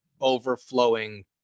overflowing